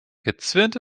gezwirnte